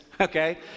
okay